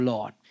Lord